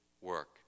work